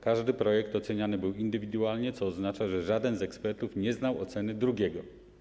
Każdy projekt oceniany był indywidualnie, co oznacza, że żaden z ekspertów nie znał oceny drugiego.